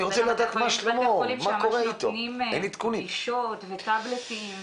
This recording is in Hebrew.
יש בתי חולים שממש נותנים פגישות וטבלטים,